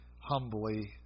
humbly